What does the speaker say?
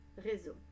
réseau